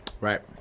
right